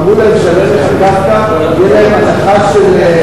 אמרו להם שעל ערך הקרקע תהיה להם הנחה של,